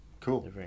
Cool